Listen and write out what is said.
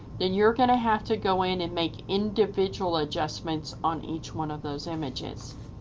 then you're gonna have to go in and make individual adjustments on each one of those images.